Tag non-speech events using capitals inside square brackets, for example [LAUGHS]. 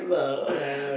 [LAUGHS]